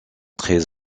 très